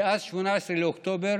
מאז 18 באוקטובר